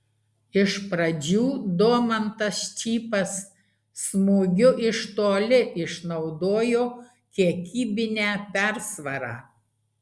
iš pradžių domantas čypas smūgiu iš toli išnaudojo kiekybinę persvarą